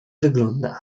wygląda